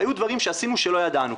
היו דברים שעשינו, שלא ידענו.